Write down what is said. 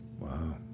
Wow